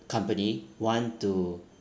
company want to